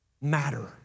matter